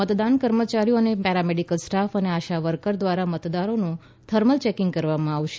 મતદાન કર્મયારીઓ અથવા પેરામેડિકલ સ્ટાફ અથવા આશા વર્કર દ્વારા મતદારોનું થર્મલ ચેકિંગ કરવામાં આવશે